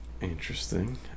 Interesting